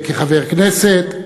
כחבר כנסת,